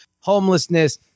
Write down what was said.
Homelessness